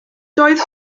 doedd